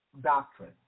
doctrine